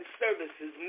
services